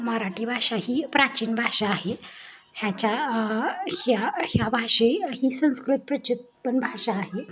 मराठी भाषा ही प्राचीन भाषा आहे ह्याच्या ह्या ह्या भाषे ही संस्कृत प्रचुतपण भाषा आहे